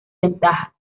ventaja